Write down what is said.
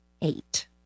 eight